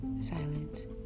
silence